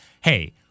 hey